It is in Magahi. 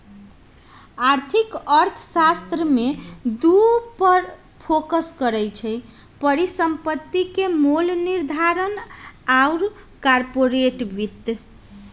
आर्थिक अर्थशास्त्र में दू पर फोकस करइ छै, परिसंपत्ति के मोल निर्धारण आऽ कारपोरेट वित्त